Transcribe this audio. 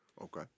Okay